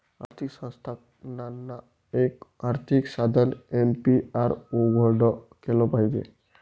आर्थिक संस्थानांना, एक आर्थिक साधन ए.पी.आर उघडं केलं पाहिजे